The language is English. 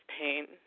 pain